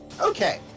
Okay